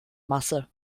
masse